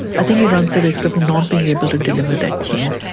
i think he runs the risk of not being able to deliver that change.